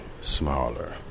smaller